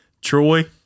Troy